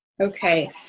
okay